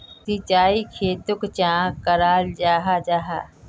सिंचाई खेतोक चाँ कराल जाहा जाहा?